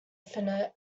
finite